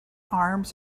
arms